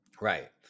Right